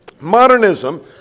Modernism